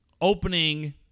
opening